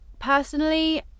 personally